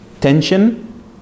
tension